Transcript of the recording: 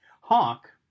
Hawk